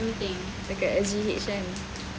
dekat S_G_H kan